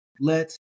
let